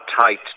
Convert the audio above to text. tight